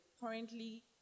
currently